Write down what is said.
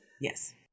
Yes